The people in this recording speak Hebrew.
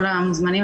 על ההזדמנות